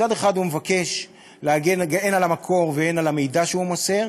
מצד אחד הוא מבקש להגן הן על המקור והן על המידע שהוא מוסר,